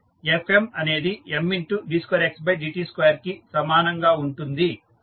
Fm అనేది Md2xdt2కి సమానంగా ఉంటుంది